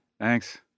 thanks